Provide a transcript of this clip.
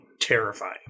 terrifying